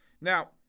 Now